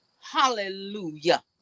hallelujah